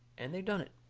and they done it.